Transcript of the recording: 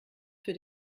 für